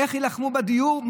איך יילחמו במחסור בדיור?